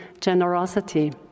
generosity